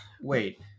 Wait